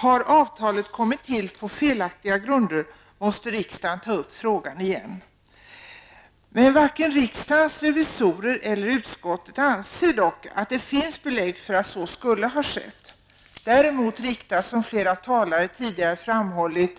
Har avtalet tillkommit på felaktiga grunder måste riksdagen ta upp frågan igen. Varken riksdagens revisorer eller utskottet anser dock att det finns belägg för att så skulle ha skett. Däremot uttalas, som flera talare tidigare framhållit,